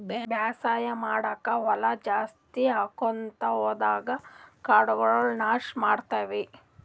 ಬೇಸಾಯ್ ಮಾಡ್ಲಾಕ್ಕ್ ಹೊಲಾ ಜಾಸ್ತಿ ಆಕೊಂತ್ ಹೊದಂಗ್ ಕಾಡಗೋಳ್ ನಾಶ್ ಆಗ್ಲತವ್